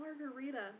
margarita